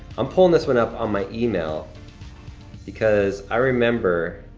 i'm pulling this one up on my email because i remember,